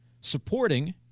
supporting